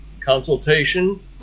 consultation